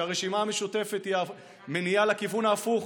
שהרשימה המשותפת מניעה לכיוון ההפוך,